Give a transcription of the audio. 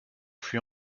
fut